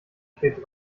spät